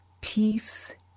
peace